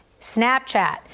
Snapchat